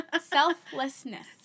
Selflessness